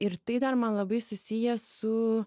ir tai dar man labai susiję su